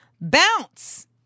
Bounce